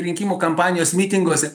rinkimų kampanijos mitinguose